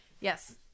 Yes